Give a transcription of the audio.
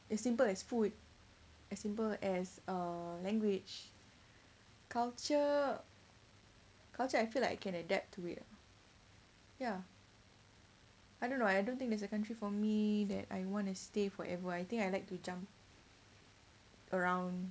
it's simple as food as simple as uh language culture culture I feel like you can adapt to it ya I don't know I don't think there's a country for me that I wanna stay forever I think I like to jump around